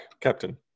Captain